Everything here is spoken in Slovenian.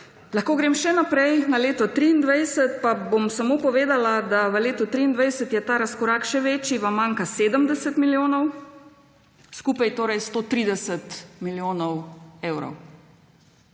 Lahko grem še naprej, na leto 2023, pa bom samo povedala, da v letu 2023 je ta razkorak še večji, manjka vam 70 milijonov, skupaj torej 130 milijonov evrov.